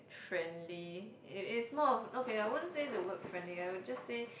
friendly it is more of okay I wouldn't say the word friendly I would just say